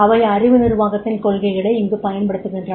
அவை அறிவு நிர்வாகத்தின் கொள்கைகளை இங்கு பயன்படுத்துகின்றன